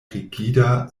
rigida